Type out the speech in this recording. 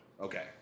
Okay